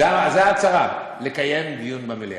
זו ההצהרה, לקיים דיון במליאה.